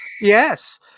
Yes